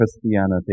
Christianity